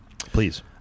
Please